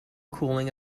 cooling